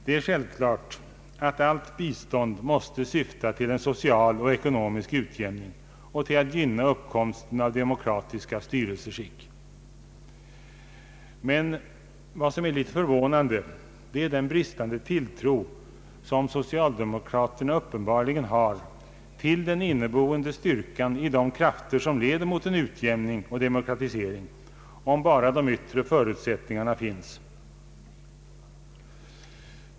Det är självklart att allt bistånd måste syfta till en social och ekonomisk utjämning och till att gynna uppkomsten av demokratiska styrelseskick. Men vad som är litet förvånande är den bristande tilitro som socialdemokraterna uppenbarligen har till den inneboende styrkan i de krafter som leder mot en utjämning och demokratisering, om bara de yttre förutsättningarna finns.